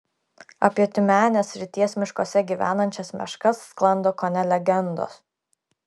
apie tiumenės srities miškuose gyvenančias meškas sklando kone legendos